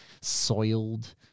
soiled